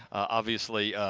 obviously,